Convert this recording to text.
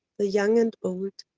the young and old,